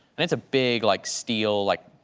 and it's a big like steel, like